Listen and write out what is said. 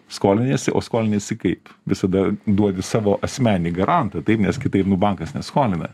skoliniesi o skoliniesi kaip visada duodi savo asmeninį garantą taip nes kitaip bankas neskolina